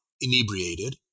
inebriated